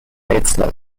itself